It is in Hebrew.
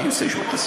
אני אעשה שוב את,